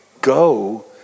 go